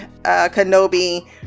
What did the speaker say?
kenobi